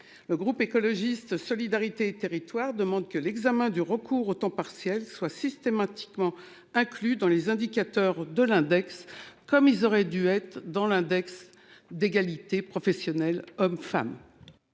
Groupe écologiste solidarité et territoires demande que l'examen du recours au temps partiel soit systématiquement inclue dans les indicateurs de l'index comme ils auraient dû être dans l'index d'égalité professionnelle hommes- femmes.